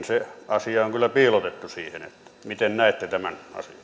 se asia on kyllä piilotettu sinne miten näette tämän